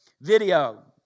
video